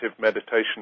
meditation